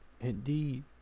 Indeed